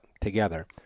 together